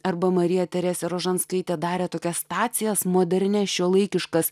arba marija teresė rožanskaitė darė tokias stacijas modernias šiuolaikiškas